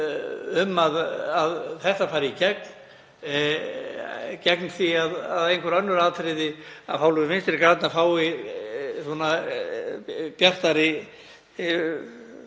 um að þetta fari í gegn, gegn því að einhver önnur atriði af hálfu Vinstri grænna fái bjartara